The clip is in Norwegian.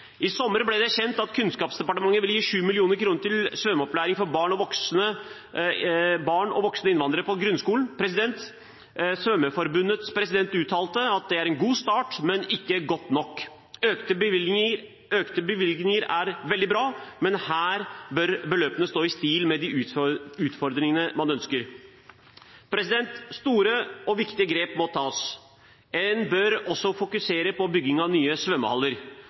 I sommer ble det kjent at Kunnskapsdepartementet vil gi 7 mill. kr til svømmeopplæring for barn med innvandrerbakgrunn og voksne innvandrere på grunnskolen. Svømmeforbundets president uttalte at det er god start, men ikke godt nok. Økte bevilgninger er veldig bra, men her bør beløpene stå i stil med de utfordringene man ønsker å løse. Store og viktige grep må tas. En bør også fokusere på bygging av nye svømmehaller,